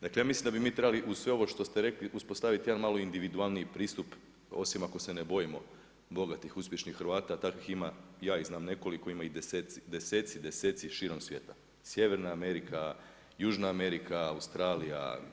Dakle, ja mislim da bi mi trebali uz sve ovo što se rekli uspostaviti jedan malo individualniji pristup osim ako se ne bojimo bogatih uspješnih Hrvata, takvih ima, ja ih znam nekoliko, ima ih deseci, deseci širom svijeta, Sjeverna Amerika, Južna Amerika, Australija.